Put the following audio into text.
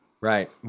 Right